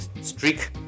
streak